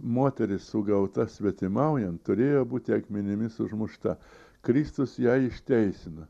moteris sugauta svetimaujant turėjo būti akmenimis užmušta kristus ją išteisina